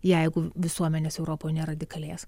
jeigu visuomenės europoj neradikalės